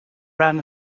ran